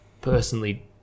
personally